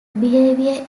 behaviour